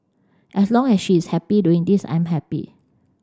as long as she is happy doing this I'm happy